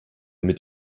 mit